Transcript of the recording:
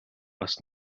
бас